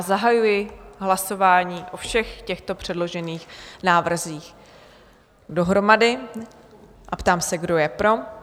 Zahajuji hlasování o všech těchto předložených návrzích dohromady a ptám se, kdo je pro?